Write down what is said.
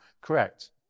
Correct